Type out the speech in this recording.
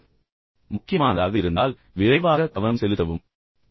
அல்லது அது முக்கியமானதாக இருந்தால் நீங்கள் விரைவாக கவனம் செலுத்தி பின்னர் அழைப்பை முடிக்கவும்